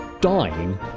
dying